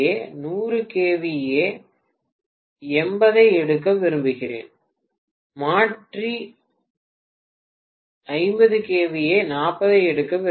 100 kVA 80 ஐ எடுக்க விரும்புகிறேன் மற்ற மின்மாற்றி 50 kVA 40 ஐ எடுக்க விரும்புகிறேன்